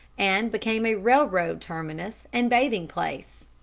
and became a railroad terminus and bathing-place.